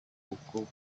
buku